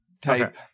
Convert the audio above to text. type